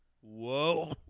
Whoa